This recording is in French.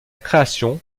création